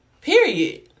period